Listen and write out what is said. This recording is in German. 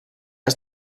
ist